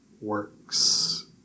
works